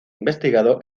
investigado